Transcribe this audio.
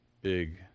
big